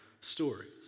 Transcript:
stories